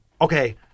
Okay